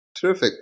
Terrific